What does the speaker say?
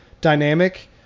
dynamic